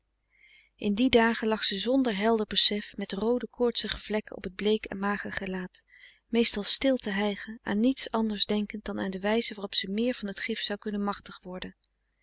in die dagen lag ze zonder helder besef met roode koortsige vlekken op t bleek en mager gelaat meestal stil te hijgen aan niets anders denkend dan aan de wijze waarop ze meer van het gif zou kunnen machtig worden